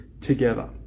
together